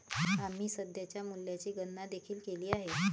आम्ही सध्याच्या मूल्याची गणना देखील केली आहे